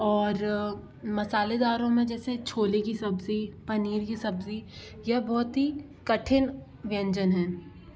और मसालेदारों में जैसे छोले की सब्ज़ी पनीर की सब्ज़ी यह बहुत हीकठिन व्यंजन हैं